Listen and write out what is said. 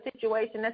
situation